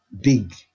big